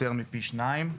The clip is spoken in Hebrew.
שזה יותר מפי שניים.